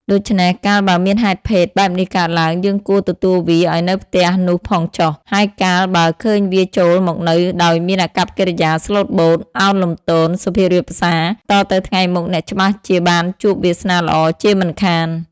ដូច្នេះកាលបើមានហេតុភេទបែបនេះកើតឡើង យើងគួរទទួលវាឱ្យនៅផ្ទះនោះផងចុះ ហើយកាលបើឃើញវាចូលមកនៅដោយមានអាកប្បកិរិយាស្លូតបូត ឱនលំទោន សុភាពរាបសា តទៅថ្ងៃមុខអ្នកច្បាស់ជាបានជួបវាសនាល្អជាមិនខាន។